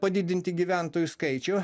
padidinti gyventojų skaičių